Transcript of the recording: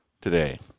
today